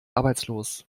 arbeitslos